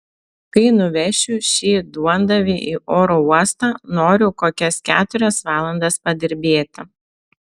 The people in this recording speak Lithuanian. kai nuvešiu šį duondavį į oro uostą noriu kokias keturias valandas padirbėti